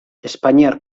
espainiar